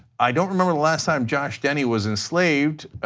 i don't remember the last time josh denny was enslaved,